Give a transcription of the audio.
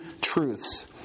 truths